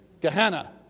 Gehenna